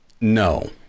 no